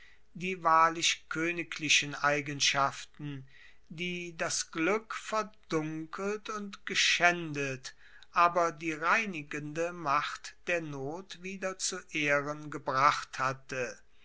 die wahrhaft koeniglichen eigenschaften die das glueck verdunkelt und geschaendet aber die reinigende macht der not wieder zu ehren gebracht hatte